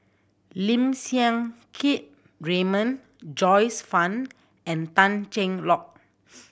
Lim Siang Keat Raymond Joyce Fan and Tan Cheng Lock